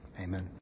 Amen